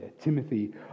Timothy